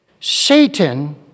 Satan